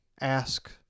Ask